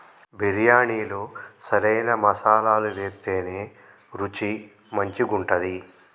బిర్యాణిలో సరైన మసాలాలు వేత్తేనే రుచి మంచిగుంటది